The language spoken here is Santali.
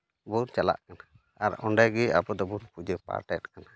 ᱵᱚᱱ ᱪᱟᱞᱟᱜ ᱠᱟᱱᱟ ᱟᱨ ᱚᱸᱰᱮᱜᱮ ᱟᱵᱚ ᱫᱚᱵᱚᱱ ᱯᱩᱡᱟᱹ ᱯᱟᱴᱷᱮᱫ ᱠᱟᱱᱟ